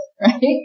right